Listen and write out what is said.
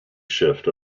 shift